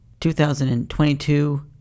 2022